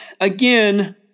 again